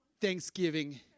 Thanksgiving